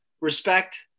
respect